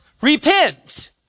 repent